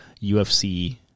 UFC